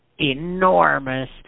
enormous